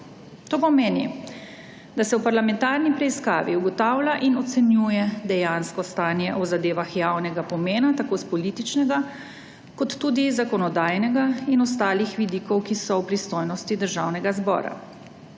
To pomeni, da se v parlamentarni preiskavi ugotavlja in ocenjuje dejansko stanje o zadevah javnega pomena tako s političnega kot tudi iz zakonodajnega in ostalih vidikov, ki so v pristojnosti Državnega zbora.